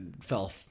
fell